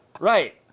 Right